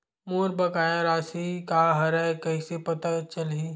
मोर बकाया राशि का हरय कइसे पता चलहि?